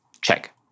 check